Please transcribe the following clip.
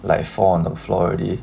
like fall on the floor already